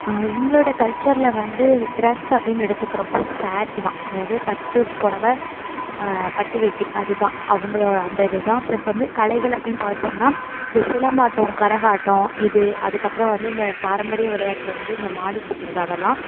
எங்களோட கல்ச்சரில் வந்து டிரஸ் அப்படீன்னு எடுத்துக்கிறப்போ சாரி தான் அதாவது பட்டு பொடவை பட்டு வேட்டி அது தான் அவங்களோ அந்த இதுதான் ப்ளஸ் வந்து கலைகள் அப்படீன்னு பார்த்தோம்னா இந்த சிலம்பாட்டம் கரகாட்டம் இது அதுக்கப்புறம் வந்து இந்த பாரம்பரிய விளையாட்டில் வந்து இந்த மாடு பிடிக்கிறது அதெல்லாம்